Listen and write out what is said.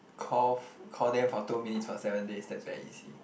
call for call them for two minutes for seven days that's very easy